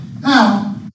Now